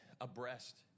abreast